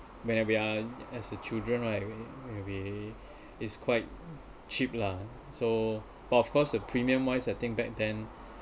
when we are as the children right and maybe it's quite cheap lah so but of course the premium wise I think back then